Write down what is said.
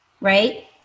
right